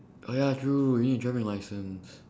oh ya true you need driving license